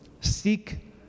seek